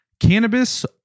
Cannabis